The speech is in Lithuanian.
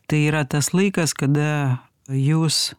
tai yra tas laikas kada jūs